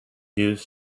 jews